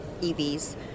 EVs